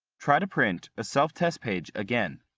try to print a self-test page again.